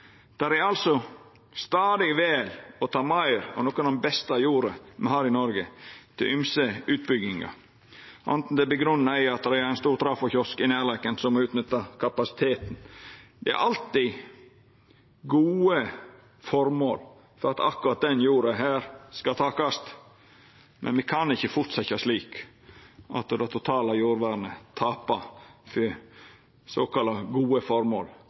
stadig vel å ta meir av noko av den beste jorda me har i Noreg, til ymse utbyggingar, f.eks. grunngjeve i at det er ein stor trafokiosk i nærleiken, så ein må utnytta kapasiteten. Det er alltid gode formål som gjer at akkurat den jorda her skal takast. Men me kan ikkje fortsetja slik at det totale jordvernet tapar for såkalla gode formål.